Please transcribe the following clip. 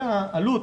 העלות